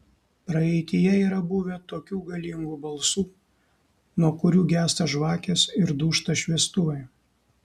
praeityje yra buvę tokių galingų balsų nuo kurių gęsta žvakės ir dūžta šviestuvai